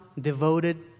devoted